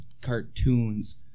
cartoons